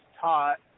taught